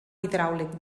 hidràulic